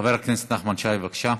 חבר הכנסת נחמן שי, בבקשה,